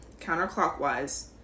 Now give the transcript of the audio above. counterclockwise